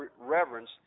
reverence